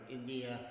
India